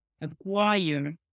acquire